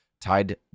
tied